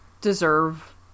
deserve